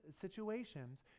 situations